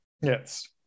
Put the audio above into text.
Yes